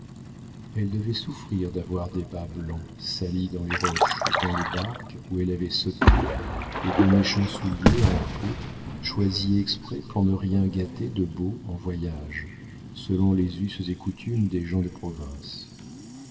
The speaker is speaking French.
elle devait souffrir d'avoir des bas blancs salis dans les roches dans les barques où elle avait sauté et de méchants souliers en peau choisis exprès pour ne rien gâter de beau en voyage selon les us et coutumes des gens de province